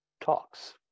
talks